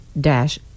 dash